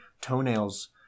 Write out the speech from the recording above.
toenails